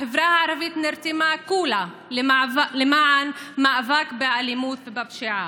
החברה הערבית נרתמה כולה למען המאבק באלימות ובפשיעה,